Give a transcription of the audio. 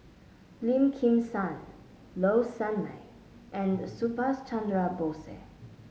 Lim Kim San Low Sanmay and Subhas Chandra Bose